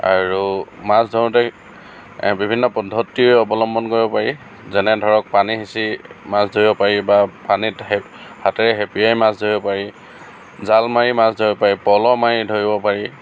আৰু মাছ ধৰোঁতে বিভিন্ন পদ্ধতি অৱলম্বন কৰিব পাৰি যেনে ধৰক পানী সিঁচি মাছ ধৰিব পাৰি বা পানীতহে হাতেৰে হেপিয়াইও মাছ ধৰিব পাৰি জাল মাৰি মাছ ধৰিব পাৰি পলহ মাৰি ধৰিব পাৰি